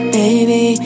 baby